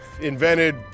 invented